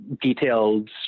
detailed